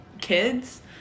kids